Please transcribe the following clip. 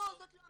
זאת לא המטרה.